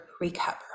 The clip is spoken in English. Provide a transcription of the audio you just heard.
recover